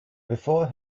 before